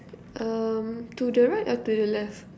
um to the right or to the left